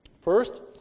First